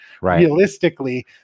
realistically